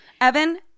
Evan